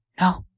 no